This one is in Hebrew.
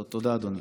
תודה, אדוני.